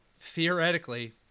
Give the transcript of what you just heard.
Theoretically